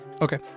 Okay